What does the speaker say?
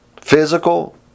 physical